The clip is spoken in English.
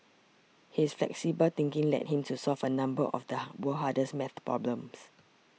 his flexible thinking led him to solve a number of the world's hardest math problems